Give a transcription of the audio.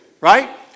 right